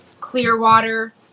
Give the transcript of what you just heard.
clearwater